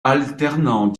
alternant